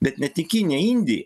bet net į kiniją indiją